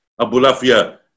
Abulafia